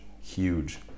huge